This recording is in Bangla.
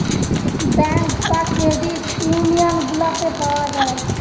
ব্যাঙ্ক বা ক্রেডিট ইউনিয়ান গুলাতে পাওয়া যায়